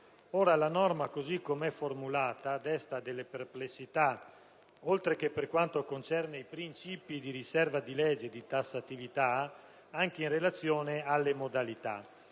La norma, così come è formulata, desta qualche perplessità, sia per quanto concerne i principi di riserva di legge e di tassatività, ma anche in relazione alle modalità.